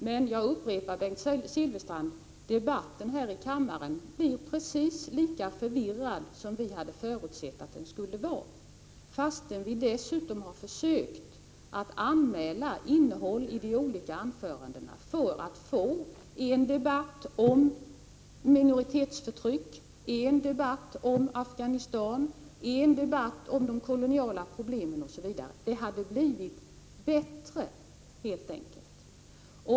Men jag upprepar, Bengt Silfverstrand, att debatten här i kammaren blir precis lika förvirrad som vi hade förutsett att den skulle bli, fastän vi försökt att anmäla innehållet i de olika anförandena för att få en debatt om minoritetsförtryck, en debatt om Afghanistan, en debatt om de koloniala problemen osv. Det hade blivit bättre helt enkelt.